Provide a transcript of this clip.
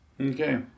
Okay